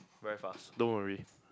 very fast don't worry